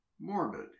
Morbid